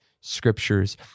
scriptures